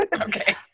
Okay